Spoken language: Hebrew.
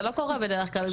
זה לא קורה בדרך כלל,